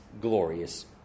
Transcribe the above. glorious